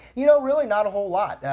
you know, really not a whole lot.